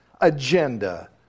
agenda